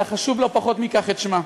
אלא חשוב לא פחות מכך: את שמה.